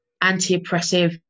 anti-oppressive